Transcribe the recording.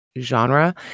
genre